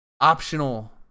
optional